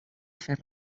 fer